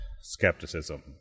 skepticism